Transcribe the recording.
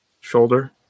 shoulder